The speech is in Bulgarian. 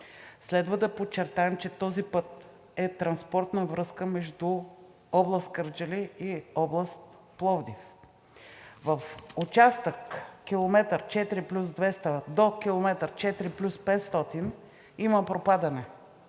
Следва да подчертаем, че този път е транспортна връзка между област Кърджали и област Пловдив. В участък км 4+200 до км 4+500 има пропадане